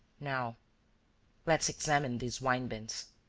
now let's examine these wine-bins.